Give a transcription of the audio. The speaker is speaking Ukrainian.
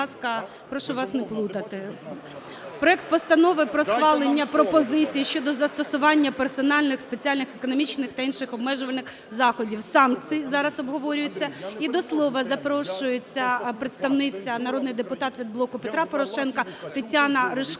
прошу вас не плутати. Проект Постанови про схвалення пропозиції щодо застосування персональних, спеціальних, економічних та інших обмежувальних заходів (санкцій) зараз обговорюється. І до слова запрошується представниця народний депутат від "Блоку Петра Порошенка" Тетяна Ричкова.